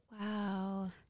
Wow